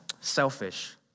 selfish